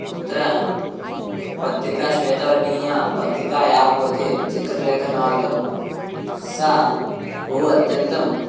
पुत्र पत्रिका श्वेतवर्णीया पत्रिका या भवति चित्रलेखनार्थं सा बहु अत्यन्तम्